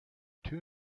two